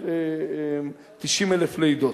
בערך 90,000 לידות.